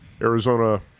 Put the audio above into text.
Arizona